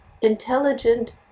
intelligent